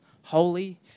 holy